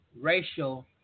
racial